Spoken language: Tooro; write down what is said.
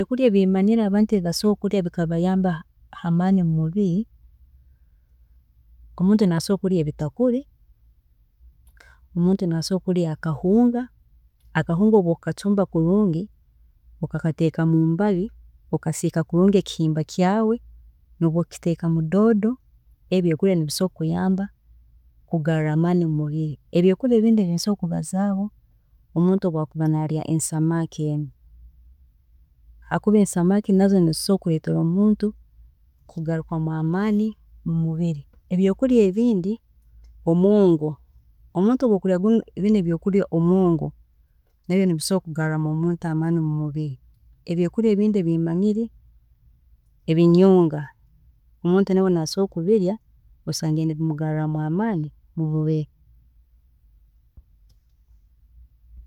﻿Ebyokurya ebi manyire abantu ebi basobola kurya bikabayamba kubaha amaani mumubiri, omuntu asobola kurya ebitakuri, omuntu asobola kurya akahunga, akahunga obu okukacumba kulungi, okakateeka mumbabi, okasiika kulungi ekihimba kyaawe, nobu okukiteekamu doodo, ebi ebyokurya bisobola kukuyamba kugaarra amaani mumubiri, ebyokurya ebindi ebi nsobola kubazaaho, omuntu obu akuba narya ensamaaki hakuba ensamaaki nazo zisobola kureetera omuntu kugarukwamu amaani, ebyokurya ebindi omwongo, omuntu obu okurya binu ebyokurya omwongo, nagwe gusobola kugarramu amaani mumubiri, ebindi ebyokurya ebi tumanyire ebinyonga, ebinyonga nabyo omuntu asobola kubirya kumugarramu amaani